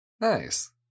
Nice